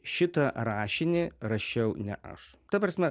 šitą rašinį rašiau ne aš ta prasme